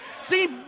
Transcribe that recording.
See